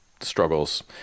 struggles